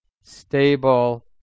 stable